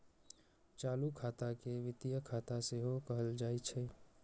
चालू खाता के वित्तीय खाता सेहो कहल जाइ छै